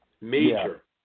Major